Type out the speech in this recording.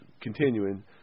Continuing